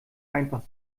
einfach